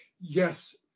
yes